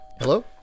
Hello